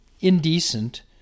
indecent